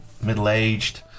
middle-aged